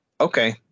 okay